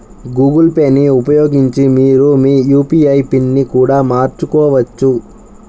Google Pay ని ఉపయోగించి మీరు మీ యూ.పీ.ఐ పిన్ని కూడా మార్చుకోవచ్చు